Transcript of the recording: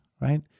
right